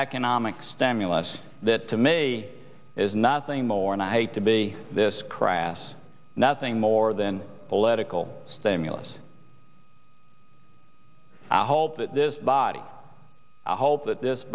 economic stimulus that to me is nothing more and i hate to be this crass nothing more than political stimulus i hope that this body i hope that this